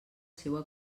seua